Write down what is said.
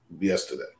yesterday